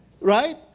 Right